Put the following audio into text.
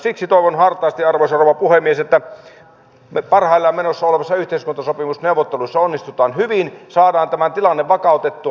siksi toivon hartaasti arvoisa rouva puhemies että me parhaillaan menossa olevissa yhteiskuntasopimusneuvotteluissa onnistumme hyvin saamme tämän tilanteen vakautettua